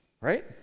right